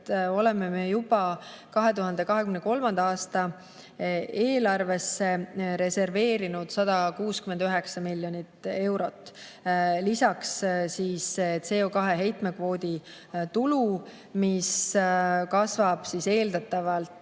oleme me juba 2023. aasta eelarvesse reserveerinud 169 miljonit eurot, lisaks CO2heitmekvoodi tulu, mis kasvab eeldatavalt